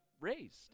raised